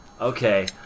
Okay